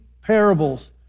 parables